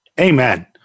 Amen